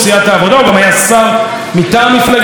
הוא גם היה שר מטעם מפלגת העבודה,